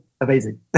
amazing